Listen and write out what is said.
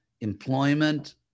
employment